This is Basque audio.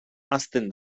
hazten